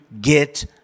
get